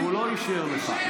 הוא לא אישר לך.